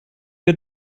wir